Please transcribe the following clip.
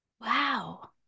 wow